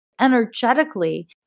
energetically